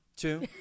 Two